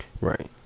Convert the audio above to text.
right